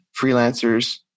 freelancers